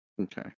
okay